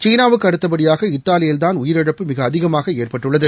சீனாவுக்கு அடுத்த படியாக இத்தாலியின்தான் உயிரிழப்பு மிக அதிகமாக ஏற்பட்டுள்ளது